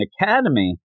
academy